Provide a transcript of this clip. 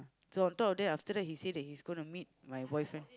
so on top of that after that he say that he's gonna meet my boyfriend